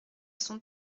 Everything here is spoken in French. son